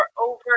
over